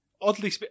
oddly